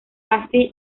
así